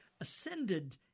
ascended